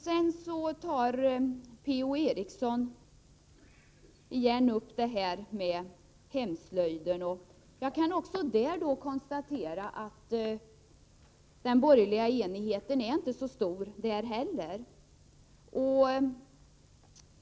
Per-Ola Eriksson tog än en gång upp frågan om hemslöjden. Jag kan även i det fallet konstatera att den borgerliga enigheten inte är så stor.